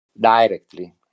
directly